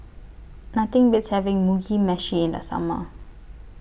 Nothing Beats having Mugi Meshi in The Summer